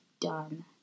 done